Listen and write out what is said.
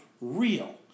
real